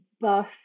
bus